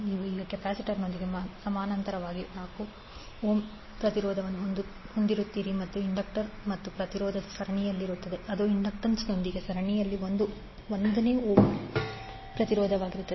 ನೀವು ಈಗ ಕೆಪಾಸಿಟರ್ನೊಂದಿಗೆ ಸಮಾನಾಂತರವಾಗಿ 4 ಓಮ್ ಪ್ರತಿರೋಧವನ್ನು ಹೊಂದಿರುತ್ತೀರಿ ಮತ್ತು ಇಂಡಕ್ಟರ್ ಮತ್ತು ಪ್ರತಿರೋಧವು ಸರಣಿಯಲ್ಲಿರುತ್ತದೆ ಅದು ಇಂಡಕ್ಟನ್ಸ್ನೊಂದಿಗೆ ಸರಣಿಯಲ್ಲಿ 1 ಓಮ್ ಪ್ರತಿರೋಧವಾಗಿರುತ್ತದೆ